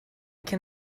can